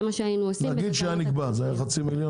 זה מה שהיינו עושים --- נגיד שהיה נקבע זה היה חצי מיליון?